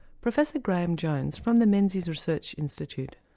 professor graeme jones from the menzies research institute.